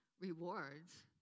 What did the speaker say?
rewards